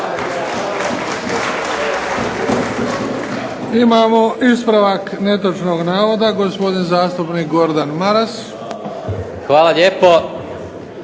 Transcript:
Imamo ispravak netočnog navoda. Gospodin zastupnik Gordan Maras. **Maras,